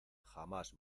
jamás